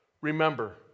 Remember